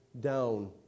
down